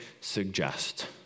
suggest